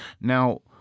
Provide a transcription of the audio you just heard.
now